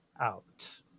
out